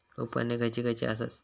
उपकरणे खैयची खैयची आसत?